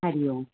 Hari Om